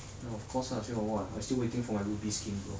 ya of course lah still got what I still waiting for my ruby skin bro